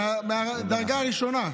מהדרגה הראשונה,